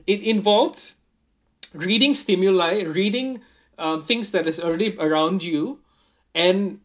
it involves reading stimuli reading uh things that is already around you and